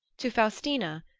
to faustina,